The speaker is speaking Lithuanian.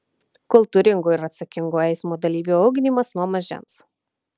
kultūringo ir atsakingo eismo dalyvio ugdymas nuo mažens